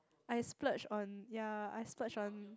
I splurge on ya I splurge on